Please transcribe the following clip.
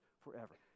forever